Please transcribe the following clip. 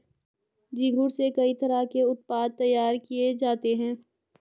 झींगुर से कई तरह के उत्पाद तैयार किये जाते है